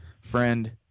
friend